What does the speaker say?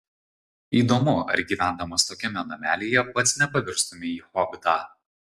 įdomu ar gyvendamas tokiame namelyje pats nepavirstumei į hobitą